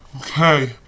Okay